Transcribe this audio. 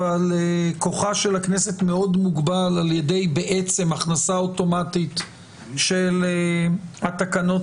אבל כוחה של הכנסת מאוד מוגבל על ידי הכנסה אוטומטית של התקנות